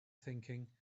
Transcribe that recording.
thinking